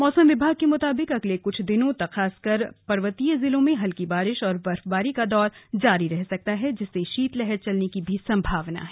मौसम विभाग के मुताबिक अगले कुछ दिनों तक खासकर पर्वतीय जिलों में हल्की बारिश और बर्फबारी का दौर जारी रह सकता है जिससे शीतलहर चलने की संभावना है